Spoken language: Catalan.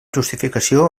justificació